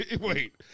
wait